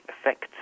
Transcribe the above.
effect